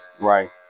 Right